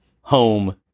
home